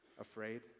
afraid